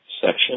section